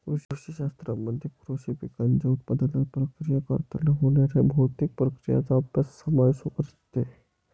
कृषी शास्त्रामध्ये कृषी पिकांच्या उत्पादनात, प्रक्रिया करताना होणाऱ्या भौतिक प्रक्रियांचा अभ्यास समावेश असते